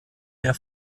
mehr